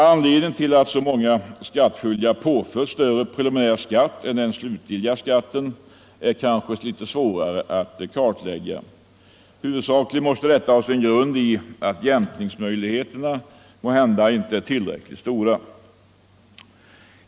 Anledningen till att så många skattskyldiga påförts större preliminär skatt än den slutliga skatten är kanske litet svårare att kartlägga. Huvudsakligen måste detta ha sin grund i att jämkningsmöjligheterna måhända inte är tillräckligt stora.